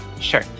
sure